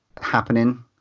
happening